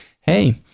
hey